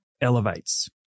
elevates